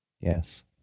Yes